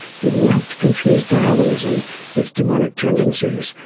who like to confuse darwinism with demonic tendencies,